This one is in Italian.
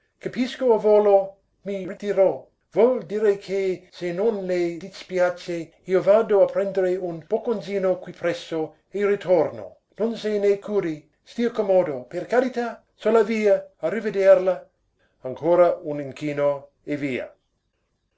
volo i ritiro vuol dire che se non le dispiaze io vado a prendere un bocconzino qui presso e ritorno non se ne curi stia comodo per carità so la via a rivederla ancora un inchino e via